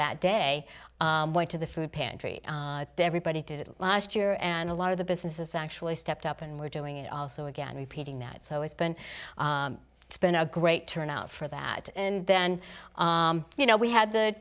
that day went to the food pantry everybody did it last year and a lot of the businesses actually stepped up and were doing it also again repeating that so it's been it's been a great turnout for that and then you know we had the